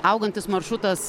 augantis maršrutas